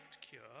cure